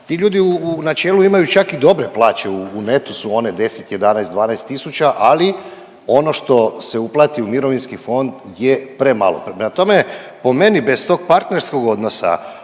Ti ljudi u načelu imaju čak i dobre plaće, u netu su one 10, 11, 12 tisuća ali ono što se uplati u mirovinski fond je premalo. Prema tome, po meni bez tog partnerskog odnosa